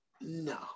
no